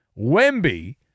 Wemby